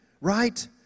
right